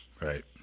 right